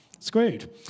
Screwed